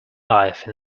life